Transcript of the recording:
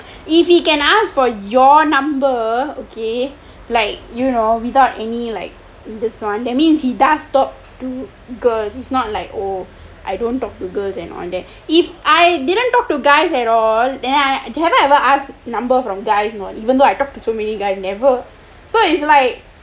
if you can ask for your number ok like you know without any like this one that means he does talk to girls it's not like oh I don't talk to girls and all that if I didn't talk to guys at all and I have never ever asked a number from guys you know even though I talk to so many guys never so is like